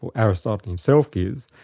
so aristotle himself gives,